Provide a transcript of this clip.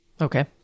Okay